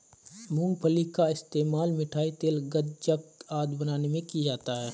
मूंगफली का इस्तेमाल मिठाई, तेल, गज्जक आदि बनाने में किया जाता है